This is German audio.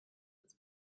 als